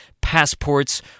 passports